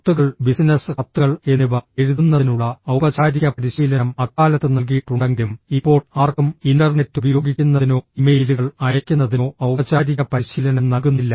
കത്തുകൾ ബിസിനസ് കത്തുകൾ എന്നിവ എഴുതുന്നതിനുള്ള ഔപചാരിക പരിശീലനം അക്കാലത്ത് നൽകിയിട്ടുണ്ടെങ്കിലും ഇപ്പോൾ ആർക്കും ഇന്റർനെറ്റ് ഉപയോഗിക്കുന്നതിനോ ഇമെയിലുകൾ അയയ്ക്കുന്നതിനോ ഔപചാരിക പരിശീലനം നൽകുന്നില്ല